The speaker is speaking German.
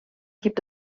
gibt